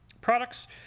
Products